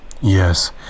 Yes